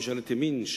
ממשלת ימין,